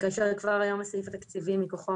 כאשר כבר היום הסעיף התקציבי מכוחו